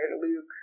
Luke